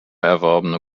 erworbene